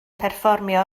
perfformio